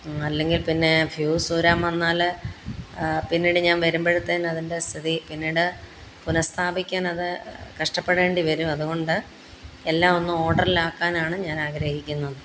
അല്ലെങ്കിൽ പിന്നെ ഫ്യൂസൂരാൻ വന്നാൽ പിന്നീട് ഞാൻ വരുമ്പോഴത്തേനതിൻ്റെ സ്ഥിതി പിന്നീട് പുനസ്ഥാപിക്കാനത് കഷ്ടപ്പെടേണ്ടി വരും അതുകൊണ്ട് എല്ലാമൊന്ന് ഓഡർലാക്കാനാണ് ഞാനാഗ്രഹിക്കുന്നത്